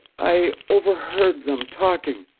i overheard them talking.